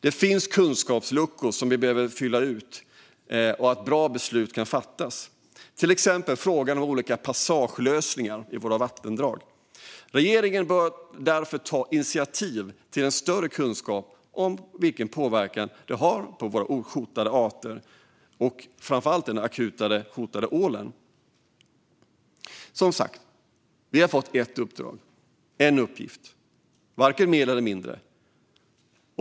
Det finns kunskapsluckor som vi behöver fylla ut så att bra beslut kan fattas, till exempel i frågan om olika passagelösningar i våra vattendrag. Regeringen bör därför ta initiativ till en större kunskap om vilken påverkan det har på våra ohotade arter och framför allt den akut hotade ålen. Som sagt: Vi har fått ett uppdrag, en uppgift, varken mer eller mindre.